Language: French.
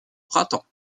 printemps